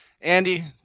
andy